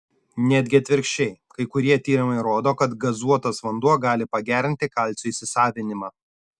netgi atvirkščiai kai kurie tyrimai rodo kad gazuotas vanduo gali pagerinti kalcio įsisavinimą